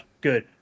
Good